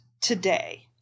today